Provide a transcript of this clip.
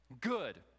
Good